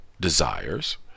desires